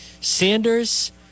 Sanders